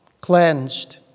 cleansed